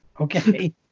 Okay